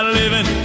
living